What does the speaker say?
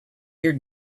your